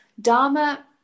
Dharma